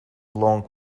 long